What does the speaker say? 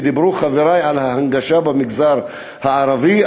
דיברו חברי על ההנגשה במגזר הערבי,